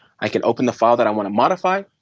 i can open the file that i want to modify,